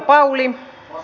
puhemies